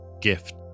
gift